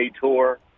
Tour